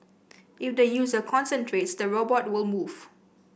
if the user concentrates the robot will move